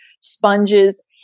sponges